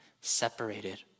separated